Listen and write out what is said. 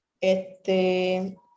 este